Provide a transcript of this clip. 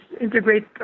integrate